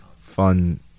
fun